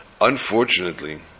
unfortunately